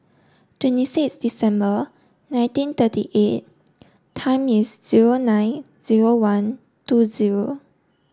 twenty six December nineteen thirty eight time is zero nine zero one two zero